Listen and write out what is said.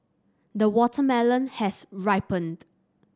the watermelon has ripened